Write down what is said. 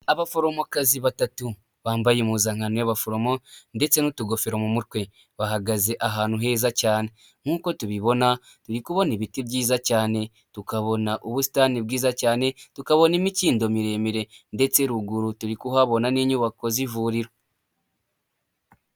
Abaforomokazi batatu bambaye impuzankano y'abaforomo ndetse n'utugofero mu mutwe bahagaze ahantu heza cyane. Nkuko tubibona turi kubona ibiti byiza cyane, tukabona ubusitani bwiza cyane, tukabona imikindo miremire ndetse ruguru turi kuhabona n'inyubako zi'ivuriro.